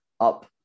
up